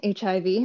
HIV